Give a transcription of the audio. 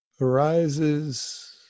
arises